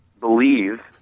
believe